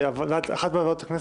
שאחת מוועדות הכנסת,